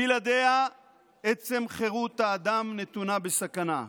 בלעדיה עצם חירות האדם נתונה בסכנה.